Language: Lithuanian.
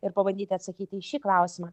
ir pabandyti atsakyti į šį klausimą